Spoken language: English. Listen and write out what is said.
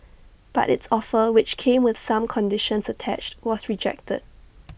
but its offer which came with some conditions attached was rejected